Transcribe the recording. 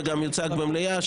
וגם יוצג במליאה,